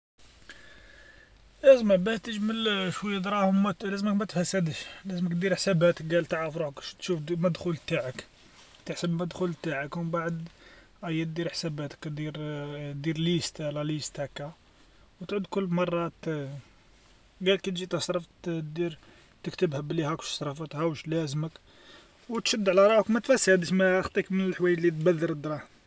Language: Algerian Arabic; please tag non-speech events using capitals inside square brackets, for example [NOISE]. آسمع باه تجمل [UNINTELLIGIBLE] دراهم لازمك ما تفسدش، لازمك دير حساباتك قال تعرف روحك كيش تشوف المدخول تاعك، تحسب المدخول تاعك ومن بعد أيا دير حساباتك دير [HESITATION] دير قائمة قائمة هاكا، و تعود كل مره ت قال كي تجي تصرف دير تكتبها بلي هاك واش صرفت وتعرف واش لازمك، وتشد على روحك، ما تفسدش ما خطيك من الحوايج اللي تبذر الدراهم.